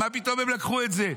מה פתאום הם לקחו את זה?